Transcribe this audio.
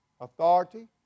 authority